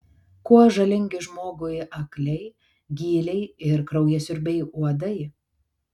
kuo žalingi žmogui akliai gyliai ir kraujasiurbiai uodai